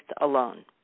alone